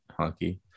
honky